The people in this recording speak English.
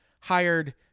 hired